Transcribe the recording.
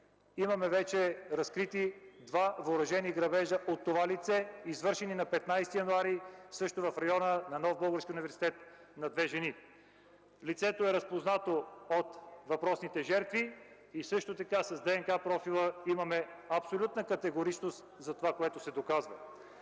имаме още два въоръжени грабежа от това лице, извършени на 15 януари над две жени, също в района на Нов български университет. Лицето е разпознато от въпросните жертви и също така с ДНК-профила имаме абсолютна категоричност за това, което се доказва.